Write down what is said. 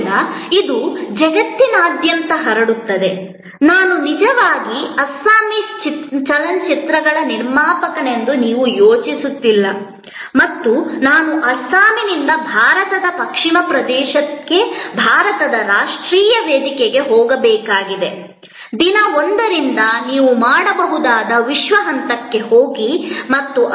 ಆದ್ದರಿಂದ ಇದು ಜಗತ್ತಿನಾದ್ಯಂತ ಹರಡುತ್ತದೆ ನಾನು ನಿಜವಾಗಿ ಅಸ್ಸಾಮೀಸ್ ಚಲನಚಿತ್ರಗಳ ನಿರ್ಮಾಪಕನೆಂದು ನೀವು ಯೋಚಿಸುತ್ತಿಲ್ಲ ಮತ್ತು ನಾನು ಅಸ್ಸಾಂನಿಂದ ಭಾರತದ ಪಶ್ಚಿಮ ಪ್ರದೇಶಕ್ಕೆ ಭಾರತದ ರಾಷ್ಟ್ರೀಯ ವೇದಿಕೆಗೆ ಹೋಗಬೇಕಾಗಿದೆ ನೀವು ಮಾಡಬಹುದು ವಿಶ್ವ ಹಂತಕ್ಕೆ ಹೋಗಬೇಕಾಗಿದೆ ದಿನ 1 ರಿಂದ